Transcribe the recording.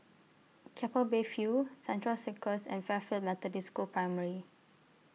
Keppel Bay View Central Circus and Fairfield Methodist School Primary